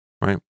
right